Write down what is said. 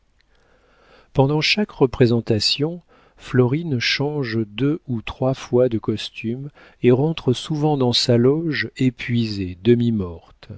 pendant chaque représentation florine change deux ou trois fois de costume et rentre souvent dans sa loge épuisée